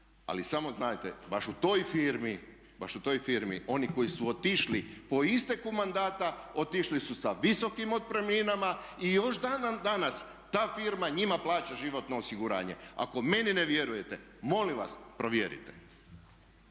Ali samo znajte baš u toj firmi oni koji su otišli po isteku mandata otišli su sa visokim otpremninama i još dan danas ta firma njima plaća životno osiguranje. Ako meni ne vjerujete molim vas provjerite.